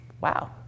wow